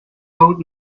old